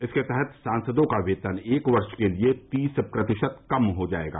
इसके तहत सांसदों का वेतन एक वर्ष के लिए तीस प्रतिशत कम हो जाएगा